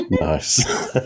nice